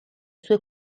sue